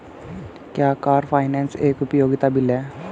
क्या car finance एक उपयोगिता बिल है?